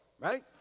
right